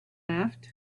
laughed